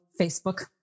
facebook